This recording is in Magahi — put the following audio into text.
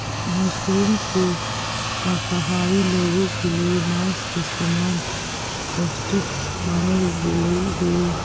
मशरूम को शाकाहारी लोगों के लिए मांस के समान पौष्टिक मानल गेलई हे